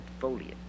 foliage